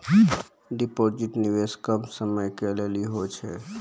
Deposit निवेश कम समय के लेली होय छै?